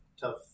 tough